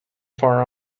far